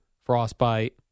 frostbite